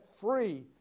free